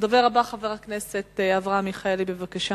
הדובר הבא, חבר הכנסת אברהם מיכאלי, בבקשה.